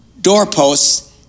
doorposts